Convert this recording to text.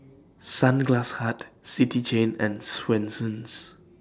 Sunglass Hut City Chain and Swensens